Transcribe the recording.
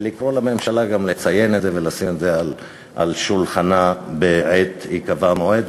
ולקרוא לממשלה גם לציין את זה ולשים את זה על שולחנה בעת היקבע מועד.